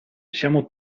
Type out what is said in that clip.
siamo